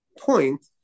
point